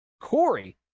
Corey